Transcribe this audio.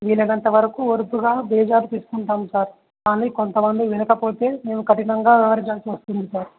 వీలైనంత వరకు వరుపుగా బేజారు తీసుకుంటాం సార్ కానీ కొంతమంది వెనకపోతే మేము కఠినంగా వ్యవహరించాల్సి వస్తుంది సార్